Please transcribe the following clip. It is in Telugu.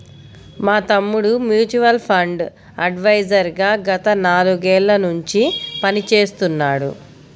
మా తమ్ముడు మ్యూచువల్ ఫండ్ అడ్వైజర్ గా గత నాలుగేళ్ళ నుంచి పనిచేస్తున్నాడు